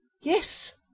Yes